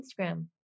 Instagram